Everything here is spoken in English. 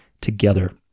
together